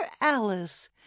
Alice